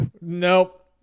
Nope